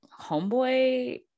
homeboy